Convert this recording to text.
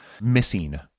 missing